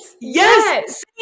Yes